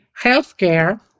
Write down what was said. healthcare